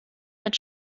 mit